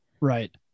Right